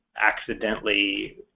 accidentally